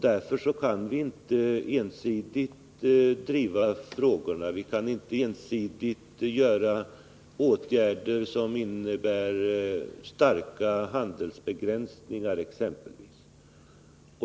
Därför kan vi inte ensidigt driva frågorna. Vi kan exempelvis inte ensidigt vidta åtgärder som innebär starka handelsbegränsningar.